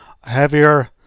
heavier